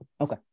Okay